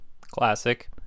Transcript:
Classic